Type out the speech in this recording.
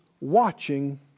watching